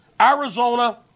Arizona